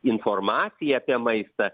informacija apie maistą